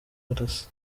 arasa